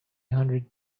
hundred